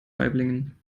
waiblingen